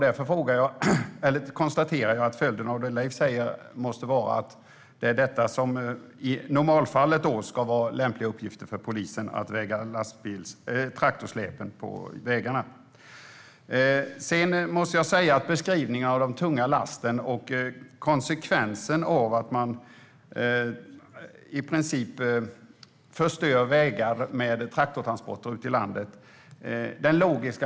Därför konstaterar jag att följden av det Leif säger är att det ska vara en normal arbetsuppgift för polisen att väga traktorsläp på vägarna. Leif Pettersson talar om de tunga lassen och beskriver att man i princip förstör vägar genom traktortransporter.